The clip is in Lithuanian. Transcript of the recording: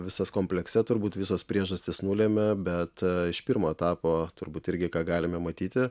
visas komplekse turbūt visos priežastys nulemia bet iš pirmo etapo turbūt irgi ką galime matyti